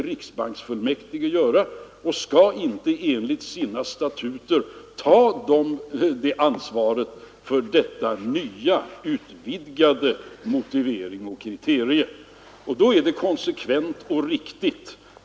Riksbanksfullmäktige kan inte och skall inte enligt sina statuter ta ansvaret för en bedömning efter dessa nya kriterier.